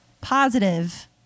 positive